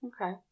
Okay